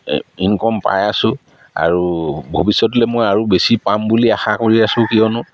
income পাই আছোঁ আৰু ভৱিষ্যতলে মই আৰু বেছি পাম বুলি আশা কৰি আছোঁ কিয়নো